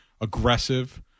aggressive